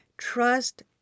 Trust